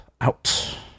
Out